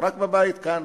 רק בבית כאן